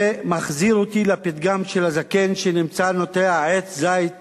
זה מחזיר אותי לפתגם של הזקן שנמצא נוטע עץ זית ונשאל: